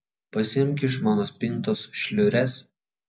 pasiimk iš mano spintos šliures